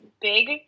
big